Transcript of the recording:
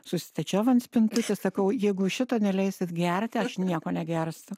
susistačiau ant spintutės sakau jeigu šito neleisit gerti aš nieko negersiu